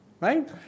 Right